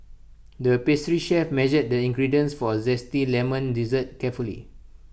the pastry chef measured the ingredients for Zesty Lemon Dessert carefully